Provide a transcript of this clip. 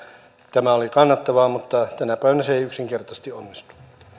tämä oli kannattavaa niin tänä päivänä se ei yksinkertaisesti onnistu